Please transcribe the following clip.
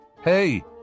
Hey